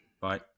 Bye